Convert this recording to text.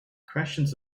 questions